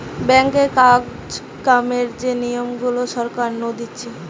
ব্যাঙ্কে কাজ কামের যে নিয়ম গুলা সরকার নু দিতেছে